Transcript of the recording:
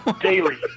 daily